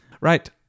Right